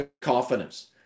confidence